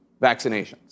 vaccinations